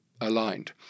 aligned